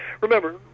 Remember